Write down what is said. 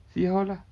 see how lah